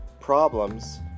problems